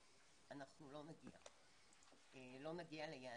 אנחנו לא נגיע ליעדים.